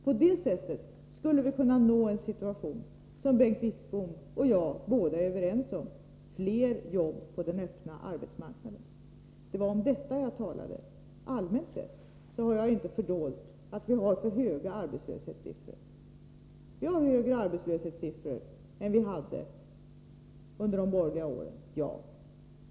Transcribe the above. På det sättet skulle vi kunna nå det som Bengt Wittbom och jag är överens om: fler jobb på den öppna arbetsmarknaden. Det var om detta som jag talade. Allmänt sett har jag inte fördolt att vi har för höga arbetslöshetssiffror. Vi har i dag högre arbetslöshetssiffror än under de borgerliga åren — ja.